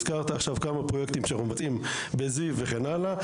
והזכרת עכשיו כמה פרויקטים שאנחנו מבצעים בזיו וכן הלאה,